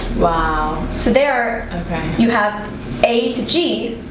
wow so there you have a to g.